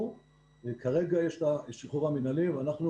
כרגע יש את השחרור המינהלי ואנחנו